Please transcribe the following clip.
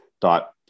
dot